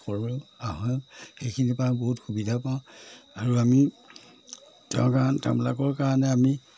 কৰোৱা হয় সেইখিনি পৰা আমি বহুত সুবিধা পাওঁ আৰু আমি তেওঁৰ কাৰণে তেওঁবিলাকৰ কাৰণে আমি